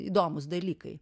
įdomūs dalykai